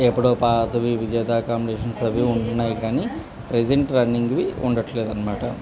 ఎప్పుడో పాతవి విజేత అకామిడేషన్స్ అవి ఉంటున్నాయి కానీ ప్రెజెంట్ రన్నింగ్వి ఉండట్లేదు అన్నమాట